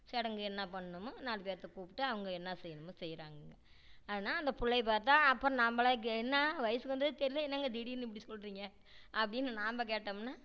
சடங்கு என்ன பண்ணணுமோ நாலு பேர்த்தை கூப்பிட்டு அவங்க என்ன செய்யணுமோ செய்கிறாங்கங்க ஆனால் அந்த பிள்ளைய பார்த்தா அப்புறம் நம்மளே கே என்ன வயசுக்கு வந்ததே தெரியல என்னங்க திடீர்னு இப்படி சொல்கிறிங்க அப்படின்னு நம்ப கேட்டோம்ன்னா